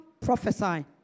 prophesy